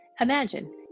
Imagine